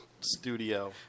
studio